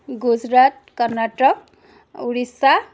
Gujarat Karnataka Orissa